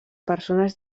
persones